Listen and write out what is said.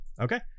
Okay